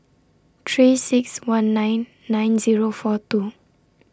three six one nine nine Zero four two